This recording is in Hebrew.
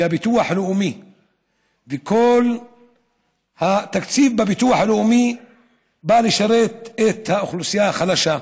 הביטוח הלאומי וכל התקציב בביטוח הלאומי בא לשרת את האוכלוסייה החלשה,